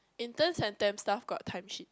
interns and temp staff got time sheet